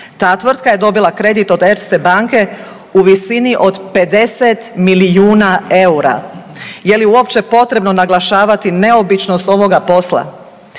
Ta tvrtaka je dobila kredit od Erste banke u visini od 50 milijuna eura. Je li uopće potrebno naglašavati neobičnost ovoga posla?